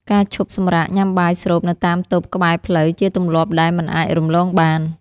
ការឈប់សម្រាកញ៉ាំបាយស្រូបនៅតាមតូបក្បែរផ្លូវជាទម្លាប់ដែលមិនអាចរំលងបាន។